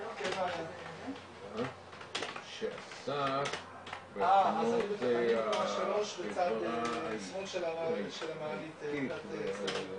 אני משתוקק שזה היה לוקח הרבה יותר מהר ממה שהמציאות מכתיבה לנו.